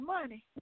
money